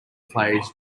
players